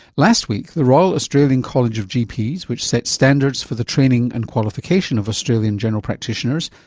last week, the royal australian college of gps, which sets standards for the training and qualification of australian general practitioners,